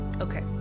Okay